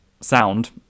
sound